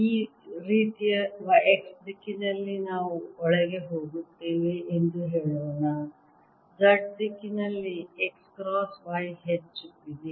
ಈ ರೀತಿಯ x ದಿಕ್ಕಿನಲ್ಲಿ ನಾವು ಒಳಗೆ ಹೋಗುತ್ತೇವೆ ಎಂದು ಹೇಳೋಣ z ದಿಕ್ಕಿನಲ್ಲಿ x ಕ್ರಾಸ್ y ಹೆಚ್ಚುತ್ತಿದೆ